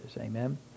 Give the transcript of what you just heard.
amen